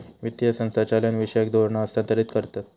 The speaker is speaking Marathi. वित्तीय संस्था चालनाविषयक धोरणा हस्थांतरीत करतत